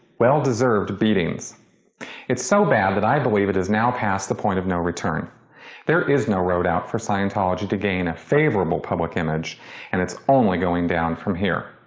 well deserved beatings it's so bad that i believe it has now passed the point of no return there is no road out for scientology to gain a favorable public image and it's only going down from here.